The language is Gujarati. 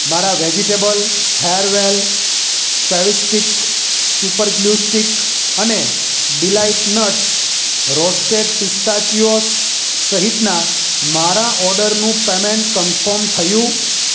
મારા વેજીટલ હેરવેલ ફેવીસ્ટિક સુપર ગ્લુ સ્ટિક અને ડીલાઈટ નટ્સ રોસ્ટેડ પિસ્તાચીઓસ સહિતના મારા ઓર્ડરનું પેમેંટ કનફોર્મ થયું